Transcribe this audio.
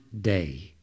day